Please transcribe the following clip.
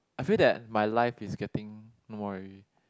I feel that my life is getting no more already